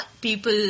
People